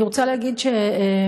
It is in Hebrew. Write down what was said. אני רוצה להגיד שאני